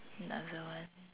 another one